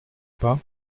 pas